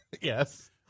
Yes